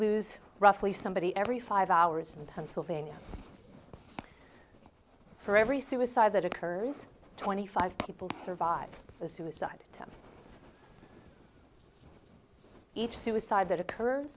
lose roughly somebody every five hours in pennsylvania for every suicide that occurs twenty five people survive a suicide attempt each suicide that occur